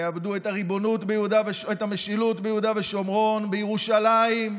יאבדו את המשילות ביהודה ושומרון, בירושלים.